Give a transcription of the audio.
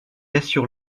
assure